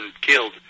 killed